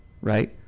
right